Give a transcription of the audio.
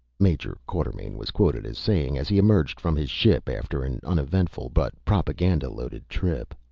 major quartermain was quoted as saying as he emerged from his ship after an uneventful but propaganda-loaded trip.